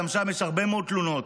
גם שם יש הרבה מאוד תלונות.